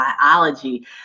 biology